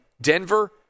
Denver